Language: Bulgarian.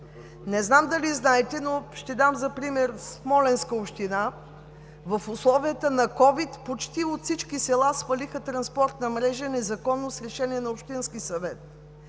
Не знам дали знаете, но ще дам за пример Смолянска община – в условията на COVID от почти всички села свалиха транспортна мрежа незаконно, с решение на общинския съвет.